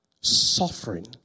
Suffering